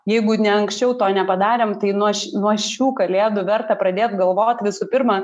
jeigu ne anksčiau to nepadarėm tai nuo nuo šių kalėdų verta pradėt galvot visų pirma